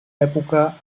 època